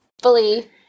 fully